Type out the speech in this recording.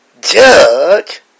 judge